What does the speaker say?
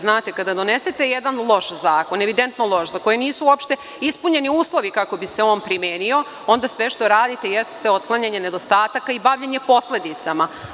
Znate, kada donesete jedan loš zakon, evidentno loš, za koji nisu uopšte ispunjeni uslovi kako bi se on primenio, onda sve što radite jeste otklanjanje nedostataka i bavljenje posledicama.